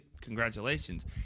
Congratulations